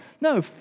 No